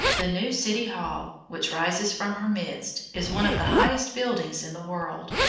the new city hall, which rises from her midst, is one of the highest buildings in the world,